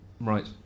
Right